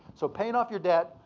so paying off your debt,